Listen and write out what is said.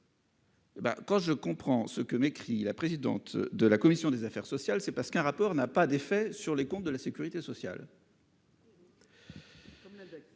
quand je comprends ce que m'écrit la présidente de la commission des affaires sociales. C'est parce qu'un rapport n'a pas d'effet sur les comptes de la Sécurité sociale. Comme la.